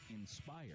INSPIRE